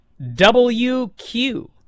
WQ